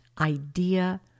idea